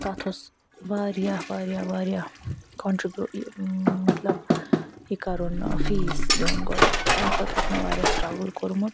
تَتھ اوس واریاہ واریاہ واریاہ کۄنٹربیٛوٹ یہِ مطلب یہِ کَرُن فیٖس دیٛن گۄڈٕ تَمہِ خٲطرٕ چھُ مےٚ واریاہ سِٹرَگٕل کوٚرمُت